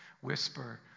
whisper